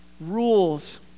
rules